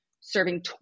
serving